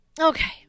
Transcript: Okay